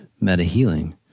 Meta-healing